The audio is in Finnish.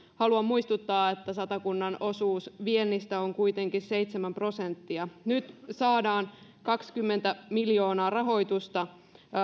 haluan muistuttaa että satakunnan osuus viennistä on kuitenkin seitsemän prosenttia nyt saadaan rahoitusta kaksikymmentä miljoonaa